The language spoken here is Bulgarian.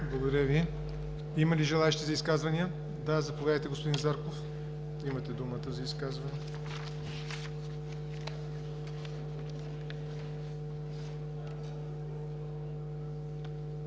Благодаря Ви. Има ли желаещи за изказвания? Заповядайте, господин Зарков, имате думата за изказване.